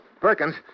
Perkins